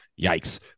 yikes